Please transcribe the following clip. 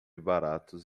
baratos